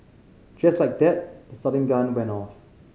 just like that the starting gun went off